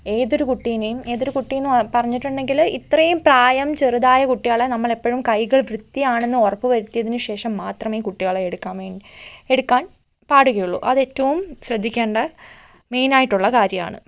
ഏതൊരു കുട്ടീനേയും ഏതൊരു കുട്ടിയെന്ന് പറഞ്ഞിട്ടുണ്ടെങ്കില് ഇത്രയും പ്രായം ചെറുതായ കുട്ടികളെ നമ്മളെപ്പഴും കൈകൾ വൃത്തിയാണെന്ന് ഉറപ്പുവരുത്തിയതിന് ശേഷം മാത്രമേ കുട്ടികളെ എടുക്കാൻ വേണ്ടി എടുക്കാൻ പാടുകയുള്ളു അതേറ്റവും ശ്രദ്ധിക്കേണ്ട മെയിനായിട്ടുള്ള കാര്യാണ്